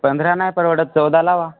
पंधरा नाही परवडत चौदा लावा